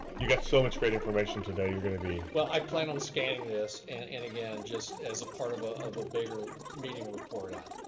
you've got so much great information today, you're gonna be. well i plan on scanning this. and, and again, just as a part of ah of a bigger meeting report-out.